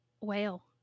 whale